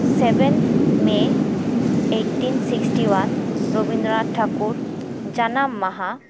seven May eighteen sixty one Rabindranath Tagore ᱡᱟᱱᱟᱢ ᱢᱟᱦᱟ